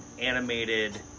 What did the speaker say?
animated